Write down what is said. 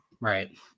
right